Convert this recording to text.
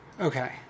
Okay